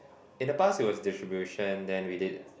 in the past it was distribution then we did